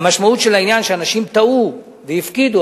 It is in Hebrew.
היא שאנשים טעו והפקידו,